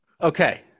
Okay